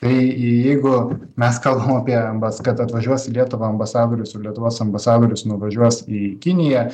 tai jeigu mes kalbam apie kad atvažiuos į lietuvą ambasadorius ir lietuvos ambasadorius nuvažiuos į kiniją